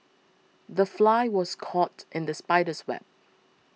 the fly was caught in the spider's web